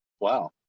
Wow